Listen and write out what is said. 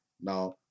Now